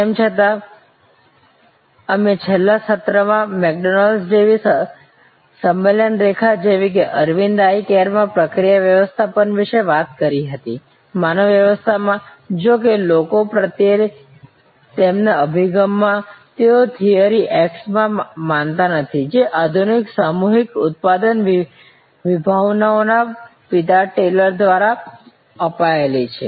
તેમ છતાં અમે છેલ્લા સત્રમાં મેકડોનાલ્ડ્સ જેવી સંમેલન રેખા જેવી કે અરવિંદ આઇ કેરમાં પ્રક્રિયા વ્યવસ્થાપન વિશે વાત કરી હતી માનવ વ્યવસ્થા માં જો કે લોકો પ્રત્યેના તેમના અભિગમમાં તેઓ થિયરી X માં માનતા નથી જે આધુનિક સામૂહિક ઉત્પાદન વિભાવનાઓના પિતા ટેલર દ્વારા અપાયેલી છે